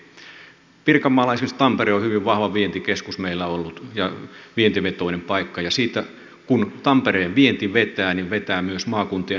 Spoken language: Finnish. pirkanmaalla esimerkiksi tampere on meillä ollut hyvin vahva vientikeskus ja vientivetoinen paikka ja kun tampereen vienti vetää niin vetää myös maakuntien alihankintateollisuus